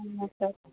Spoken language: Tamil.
ஆமாம் சார்